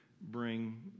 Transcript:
bring